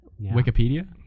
Wikipedia